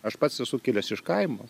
aš pats esu kilęs iš kaimo